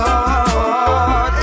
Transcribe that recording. Lord